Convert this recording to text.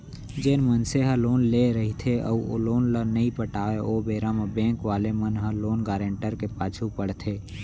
जेन मनसे ह लोन लेय रहिथे अउ लोन ल नइ पटाव ओ बेरा म बेंक वाले मन ह लोन गारेंटर के पाछू पड़थे